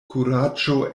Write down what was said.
kuraĝo